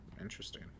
Interesting